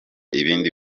ibindi